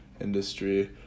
industry